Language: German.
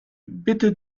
bitte